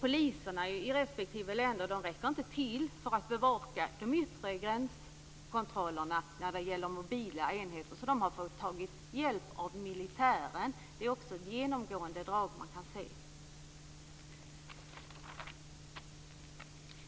Polisen i respektive länder räcker inte till för att bevaka de yttre gränskontrollerna när det gäller mobila enheter, så de har fått ta hjälp av militären. Det är också ett genomgående drag man kan se.